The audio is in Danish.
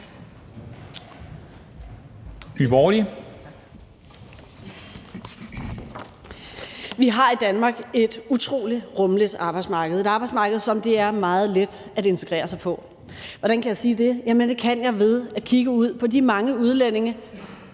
Vi har i Danmark et utrolig rummeligt arbejdsmarked – et arbejdsmarked, som det er meget let at integrere sig på. Hvordan kan jeg sige det? Det kan jeg ved at kigge ud på de mange udlændinge